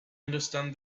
understand